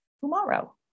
tomorrow